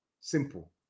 Simple